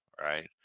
right